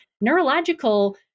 neurological